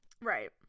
Right